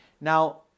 now